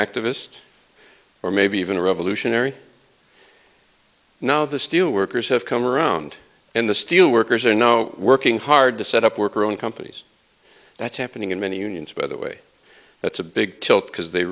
activist or maybe even a revolutionary now the steelworkers have come around in the steel workers are now working hard to set up worker own companies that's happening in many unions by the way that's a big tilt because they